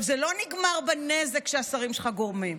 זה לא נגמר בנזק שהשרים שלך גורמים.